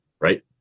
right